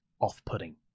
off-putting